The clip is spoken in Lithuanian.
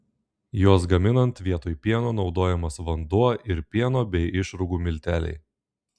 juos gaminant vietoj pieno naudojamas vanduo ir pieno bei išrūgų milteliai